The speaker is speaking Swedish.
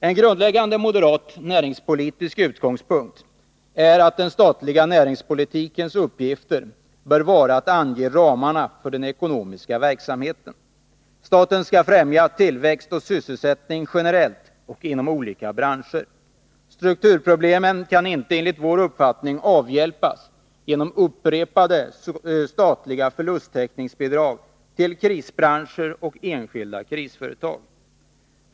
En grundläggande moderat näringspolitisk utgångspunkt är att den statliga näringspolitikens uppgifter bör vara att ange ramarna för den ekonomiska verksamheten. Staten skall främja tillväxt och sysselsättning generellt och inom olika branscher. Strukturproblemen kan inte, enligt vår uppfattning, avhjälpas genom upprepade statliga förlustteckningsbidrag till krisbranscher och enskilda krisföretag.